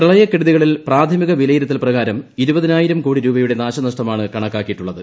പ്രളയക്കെടുതികളിൽ പ്രാഥമിക വിലയിരുത്തൽ പ്രകാരം ഇരുപതിനായിരം കോടി രൂപയുടെ നാശനഷ്ടമാണ് കണക്കാക്കിയിട്ടുള്ളത്